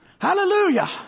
Hallelujah